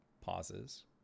pauses